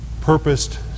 purposed